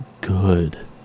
good